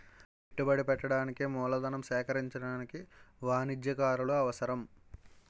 పెట్టుబడి పెట్టడానికి మూలధనం సేకరించడానికి వాణిజ్యకారులు అవసరం